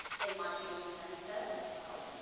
they might be off-centre as well.